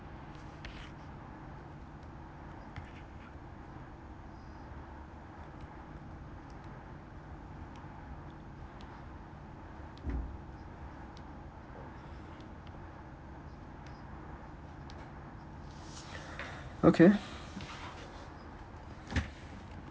okay